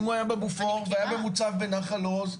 אם הוא היה בבופור והיה במוצב בנחל עוז,